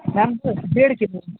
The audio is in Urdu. میم ڈیڑھ کلو